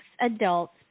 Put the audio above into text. adults